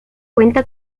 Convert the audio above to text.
cuenta